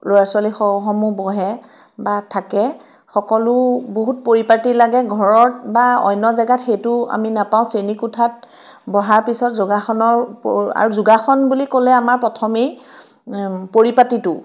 ল'ৰা ছোৱালীসমূহ বহে বা থাকে সকলো বহুত পৰিপাতি লাগে ঘৰত বা অন্য জেগাত সেইটো আমি নাপাওঁ শ্ৰেণীকোঠাত বহাৰ পিছত যোগাসনৰ ওপৰত আৰু যোগাসন বুলি ক'লে আমাৰ প্ৰথমেই পৰিপাতিটো